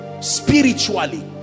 Spiritually